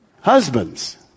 Husbands